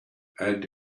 and